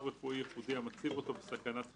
רפואי ייחודי המציב אותו בסכנת חיים,